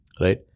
Right